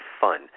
fun